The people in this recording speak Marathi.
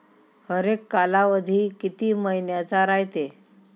हरेक कालावधी किती मइन्याचा रायते?